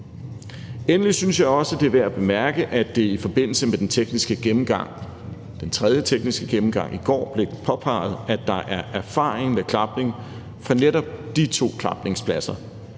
Endelig synes jeg også, det er værd at bemærke, at det i forbindelse med den tekniske gennemgang, den tredje tekniske gennemgang i går, blev påpeget, at der er erfaring med klapning fra netop de to klapningspladser,